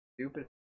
stupid